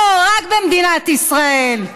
לא, רק במדינת ישראל.